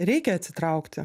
reikia atsitraukti